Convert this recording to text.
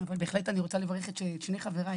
אבל בהחלט אני רוצה לברך את שני חבריי,